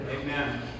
Amen